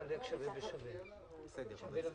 קושניר, ביקשת רשות דיבור